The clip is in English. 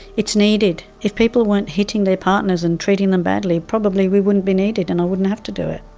it's needed. if people weren't hitting their partners and treating them badly, probably we wouldn't be needed and i wouldn't have to do it.